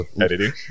Editing